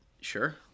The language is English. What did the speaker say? Sure